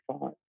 five